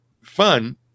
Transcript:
fun